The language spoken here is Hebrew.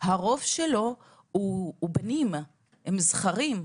הרוב שלו הוא בנים, הם זכרים.